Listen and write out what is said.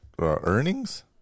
earnings